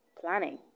planning